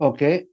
Okay